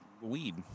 weed